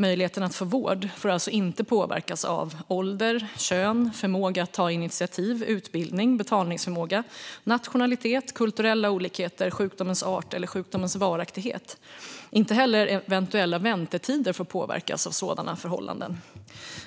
Möjligheten att få vård får alltså inte påverkas av ålder, kön, förmåga att ta initiativ, utbildning, betalningsförmåga, nationalitet, kulturella olikheter, sjukdomens art eller sjukdomens varaktighet. Inte heller eventuella väntetider får påverkas av sådana förhållanden.